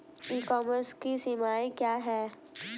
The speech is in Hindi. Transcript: ई कॉमर्स की सीमाएं क्या हैं?